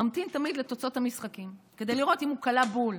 ממתין תמיד לתוצאות המשחקים כדי לראות אם הוא קלע בול,